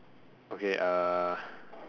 okay uh